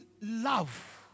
love